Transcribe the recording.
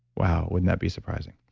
wow, wouldn't that be surprising?